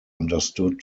understood